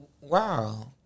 Wow